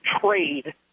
trade